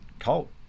Colt